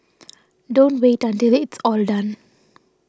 don't wait until it's all done